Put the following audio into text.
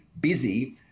busy